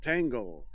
Tangle